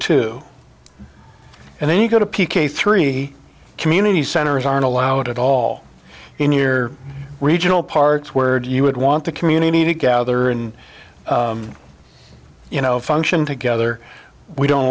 two and then you go to p k three community centers aren't allowed at all in year regional parts word you would want the community to gather in you know function together we don't